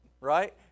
right